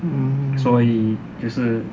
hmm 所以就是